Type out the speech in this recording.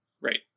right